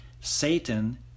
satan